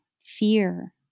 fear